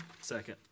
Second